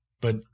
But-